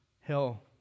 hell